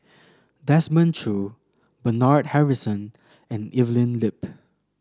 Desmond Choo Bernard Harrison and Evelyn Lip